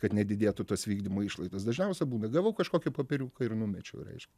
kad nedidėtų tos vykdymo išlaidos dažniausia būna gavau kažkokį popieriuką ir numečiau reiš